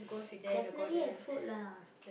definitely have food lah